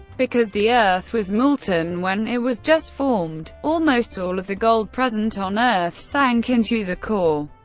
because the earth was molten when it was just formed, almost all of the gold present on earth sank into the core.